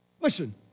Listen